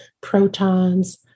protons